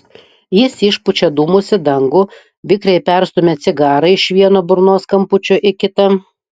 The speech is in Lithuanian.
jis išpučia dūmus į dangų vikriai perstumia cigarą iš vieno burnos kampučio į kitą